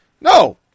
No